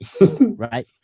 Right